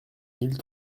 mille